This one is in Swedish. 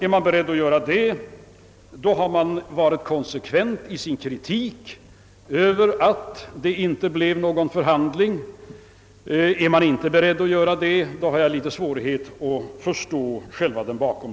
Om man är beredd att göra det, så har man varit konsekvent i sin kritik av att det inte blev någon förhandling. Men är man inte beredd att göra det, så har jag svårt att förstå kritiken.